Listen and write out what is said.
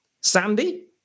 Sandy